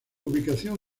ubicación